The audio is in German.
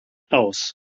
aus